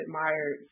admired